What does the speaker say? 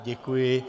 Děkuji.